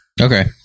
Okay